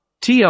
TR